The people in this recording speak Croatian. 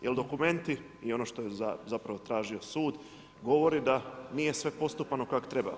Jer dokumenti i ono što je zapravo tražio sud govore da nije sve postupano kako treba.